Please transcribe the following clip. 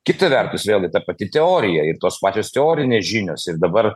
kita vertus vėlgi ta pati teorija ir tos pačios teorinės žinios ir dabar